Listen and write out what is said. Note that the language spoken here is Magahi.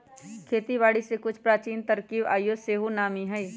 खेती बारिके के कुछ प्राचीन तरकिब आइयो सेहो नामी हइ